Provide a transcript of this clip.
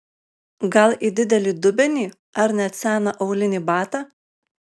gal į didelį dubenį ar net seną aulinį batą